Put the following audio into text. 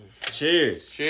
Cheers